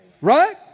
Right